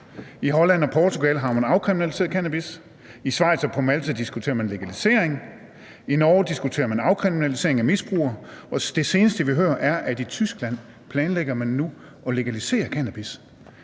I Holland og Portugal har man afkriminaliseret cannabis; i Schweiz og på Malta diskuterer man legalisering; i Norge diskuterer man afkriminalisering af misbrugere, og det seneste, vi hører, er, at man i Tyskland nu planlægger at legalisere cannabis.